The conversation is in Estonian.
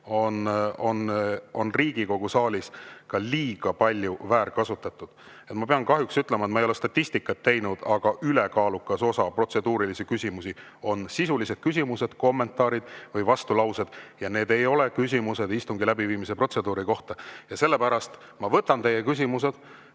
Riigikogu saalis liiga palju väärkasutatud. Ma pean kahjuks ütlema – kuigi ma ei ole statistikat teinud –, et ülekaalukas osa protseduurilisi küsimusi on sisulised küsimused, kommentaarid või vastulaused ja need ei ole küsimused istungi läbiviimise protseduuri kohta. Sellepärast ma võtan teie küsimused